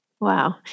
Wow